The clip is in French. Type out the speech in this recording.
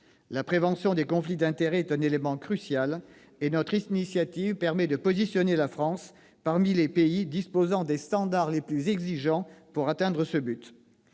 La prévention des conflits d'intérêts est un élément crucial et notre initiative place la France parmi les pays disposant des standards les plus exigeants pour atteindre ce but.